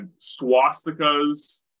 swastikas